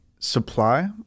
supply